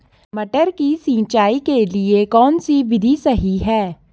मटर की सिंचाई के लिए कौन सी विधि सही है?